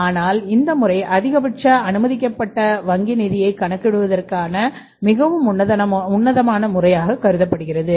ஆனால் இந்த முறை அதிகபட்ச அனுமதிக்கப்பட்ட வங்கி நிதியைக் கணக்கிடுவதற்கான மிகவும் உன்னதமான முறையாக கருதப்படுகிறது